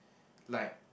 like